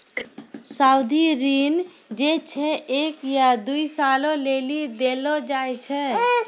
सावधि ऋण जे छै एक या दु सालो लेली देलो जाय छै